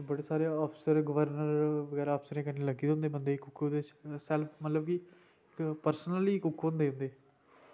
बड़े सारे अफसर गवर्नर बगैरा अफसरें कन्नै लग्गे दे होंदे कुक बी मतलब कि ते पर्सनली कुक होंदे इंदे